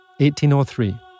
1803